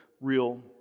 real